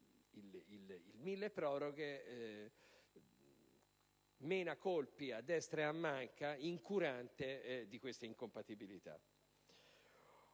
milleproroghe mena colpi a destra e a manca, incurante di queste incompatibilità.